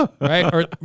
right